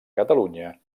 catalunya